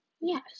yes